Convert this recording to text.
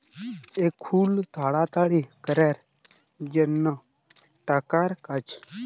এখুল তাড়াতাড়ি ক্যরের জনহ টাকার কাজ